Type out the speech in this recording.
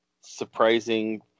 surprising